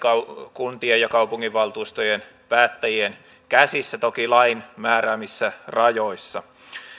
kuntien ja kaupunginvaltuustojen päättäjien käsissä toki lain määräämissä rajoissa